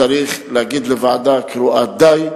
צריך להגיד לוועדה קרואה די,